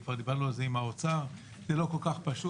כבר דיברנו על עם האוצר זה לא כל כך פשוט,